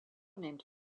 named